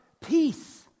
peace